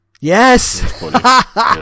Yes